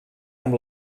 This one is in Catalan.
amb